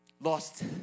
lost